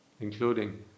including